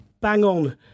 bang-on